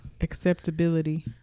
acceptability